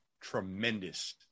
tremendous